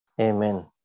Amen